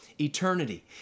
eternity